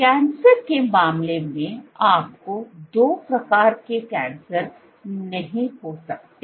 तो कैंसर के मामले में आपको दो प्रकार के कैंसर नहीं हो सकते